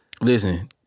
Listen